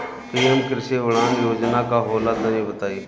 PM कृषि उड़ान योजना का होला तनि बताई?